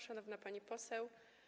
Szanowna Pani Poseł!